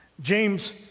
James